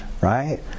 Right